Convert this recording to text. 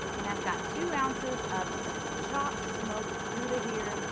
and i've got two ounces of so chopped smoked gouda here.